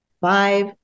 five